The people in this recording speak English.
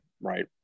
right